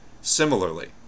similarly